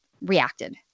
reacted